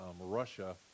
Russia